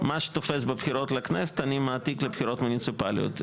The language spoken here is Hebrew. מה שתופס בבחירות לכנסת אני מעתיק לבחירות מוניציפאליות,